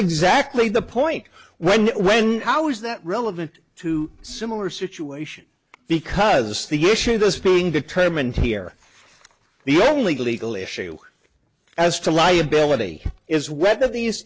exactly the point when when how is that relevant to similar situation because the issue that's being determined here the only legal issue as to liability is whether these